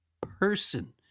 person